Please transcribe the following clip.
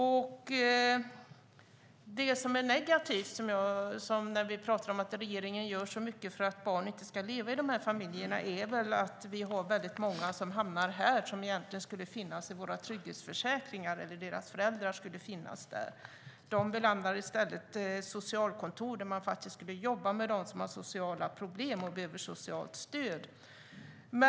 Det som ändå är negativt när vi talar om att regeringen gör mycket för att barn inte ska leva i familjer med försörjningsstöd är att vi har många barn och föräldrar som hamnar på socialkontoren när de egentligen skulle finnas i våra trygghetsförsäkringar. De belamrar i stället socialkontoren, där man ska jobba med dem som har sociala problem och behöver socialt stöd.